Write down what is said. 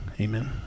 Amen